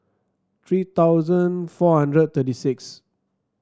three thousand four hundred thirty six